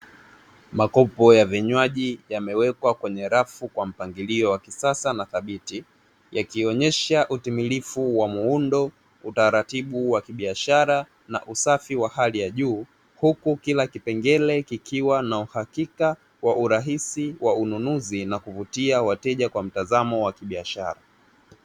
Makopo ya vinywaji yamewekwa kwenye rafu ka mpangilio wa kisasa na thabiti, yakionesha utimilifu wa muundo, utaratibu wa kibiashara na usafi wa hali ya juu huku kila kipengele kikiwa na uhakika, wa urahisi na ununuzi wa kuvutia mteja kwa mtazamo wa kibiashara.